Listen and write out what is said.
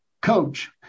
Coach